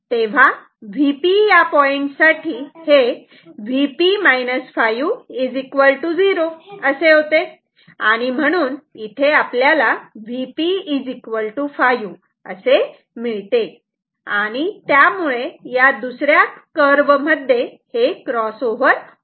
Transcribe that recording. तेव्हा Vp या point साठी हे Vp 5 0 असे होते आणि म्हणून Vp 5 असे होते आणि त्यामुळे या दुसऱ्या कर्व मध्ये हे क्रॉस ओवर होते